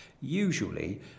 Usually